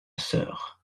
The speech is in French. sœur